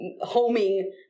homing